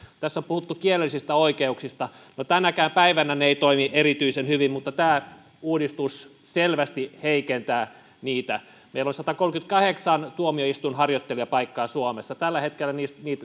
tässä on puhuttu kielellisistä oikeuksista no tänäkään päivänä ne eivät toimi erityisen hyvin mutta tämä uudistus selvästi heikentää niitä meillä on satakolmekymmentäkahdeksan tuomioistuinharjoittelijapaikkaa suomessa tällä hetkellä